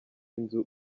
inzu